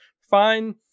fine